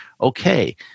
Okay